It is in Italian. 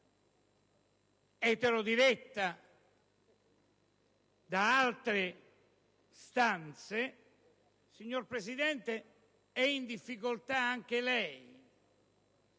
eterodiretta da altre stanze. Signor Presidente, è in difficoltà anche lei,